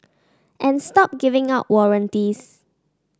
and stop giving out warranties